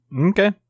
Okay